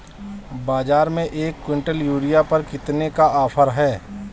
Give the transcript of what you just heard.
बाज़ार में एक किवंटल यूरिया पर कितने का ऑफ़र है?